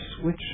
switch